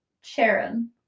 Sharon